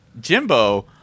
Jimbo